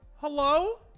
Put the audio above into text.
Hello